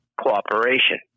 cooperation